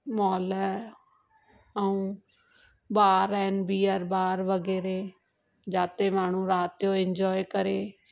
mall ऐं bar आहिनि beer bar वग़ैरह जिथे माण्हू राति जो इंजॉय करे